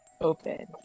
Open